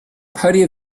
party